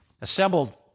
assembled